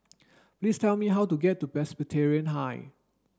please tell me how to get to Presbyterian High